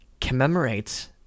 commemorates